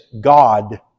God